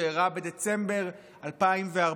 שאירע בדצמבר 2014,